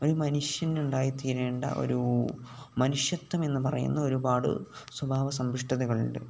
ഒരു മനുഷ്യൻ ഉണ്ടായി തീരേണ്ട ഒരു മനുഷ്വത്വം എന്ന് പറയുന്ന ഒരുപാട് സ്വഭാവം സംബുഷ്ടതകളുണ്ട്